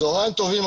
צהריים טובים,